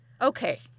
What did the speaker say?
Okay